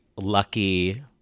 lucky